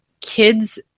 kids